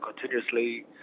continuously